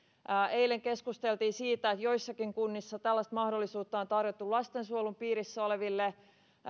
eilen keskusteltiin siitä että joissakin kunnissa tällaista mahdollisuutta on tarjottu lastensuojelun piirissä oleville